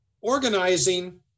organizing